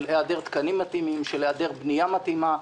של היעדר תקנים מתאימים, של היעדר בנייה מתאימה.